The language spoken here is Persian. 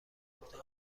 گفتن